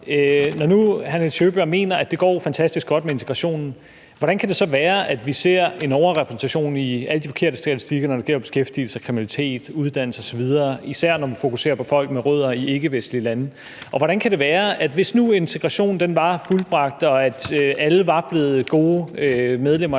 når nu hr. Nils Sjøberg mener, at det går fantastisk godt med integrationen, hvordan kan det så være, at vi ser en overrepræsentation i alle de forkerte statistikker, når det gælder beskæftigelse, kriminalitet, uddannelse osv., især når man fokuserer på folk med rødder i ikkevestlige lande? Og hvordan kan det være, hvis nu integrationen var fuldbragt og alle var blevet gode medlemmer